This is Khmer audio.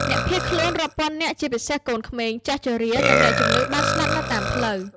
អ្នកភៀសខ្លួនរាប់ពាន់នាក់ ជាពិសេសកូនក្មេង ចាស់ជរា និងអ្នកជំងឺបានស្លាប់នៅតាមផ្លូវ។